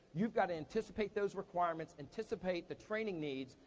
you've gotta anticipate those requirement, anticipate the training needs,